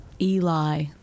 Eli